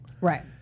Right